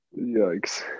Yikes